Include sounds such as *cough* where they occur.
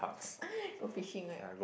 *laughs* go fishing right